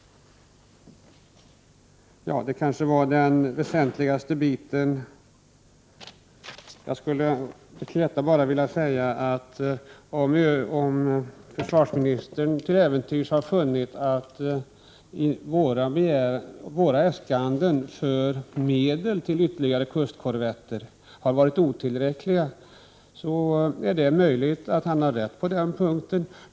Detta var det väsentligaste. Sedan skulle jag bara vilja säga att om försvarsministern till äventyrs har funnit att våra äskanden om medel till ytterligare kustkorvetter har varit otillräckliga, är det möjligt att han har rätt.